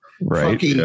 right